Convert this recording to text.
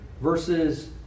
versus